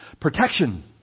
protection